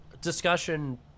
discussion